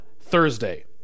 Thursday